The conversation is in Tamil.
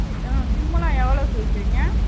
சி ஆ சிம்முலாம் எவ்வளோக்கு விற்கிறீங்க